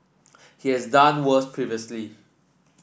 he has done worse previously